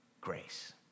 grace